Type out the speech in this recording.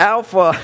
Alpha